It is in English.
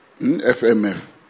FMF